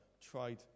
tried